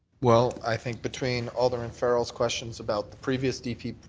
well, i think between alderman farrell's questions about the previous d p.